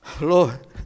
Lord